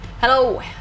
hello